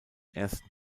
ersten